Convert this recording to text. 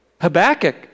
Habakkuk